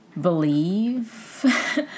believe